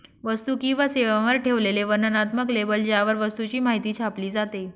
वस्तू किंवा सेवांवर ठेवलेले वर्णनात्मक लेबल ज्यावर वस्तूची माहिती छापली जाते